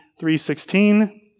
3.16